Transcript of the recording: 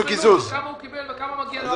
כמה הוא קיבל וכמה מגיע לו.